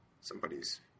somebody's